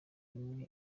imwe